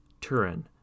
Turin